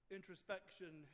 Introspection